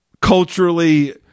culturally